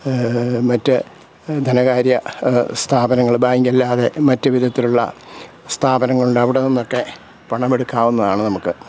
മറ്റ് ധനകാര്യ സ്ഥാപനങ്ങള് ബാങ്ക് അല്ലാതെ മറ്റു വിധത്തിലുള്ള സ്ഥാപനങ്ങളുണ്ട് അവിടെ നിന്നൊക്കെ പണമെടുക്കാവുന്നതാണ് നമ്മൾക്ക്